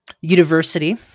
University